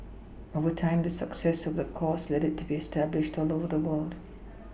over time the success of the course led it to be established all over the world